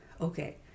Okay